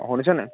শুনিছে নাই